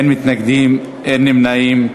אין מתנגדים ואין נמנעים.